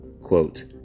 quote